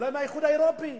אולי מהאיחוד האירופי,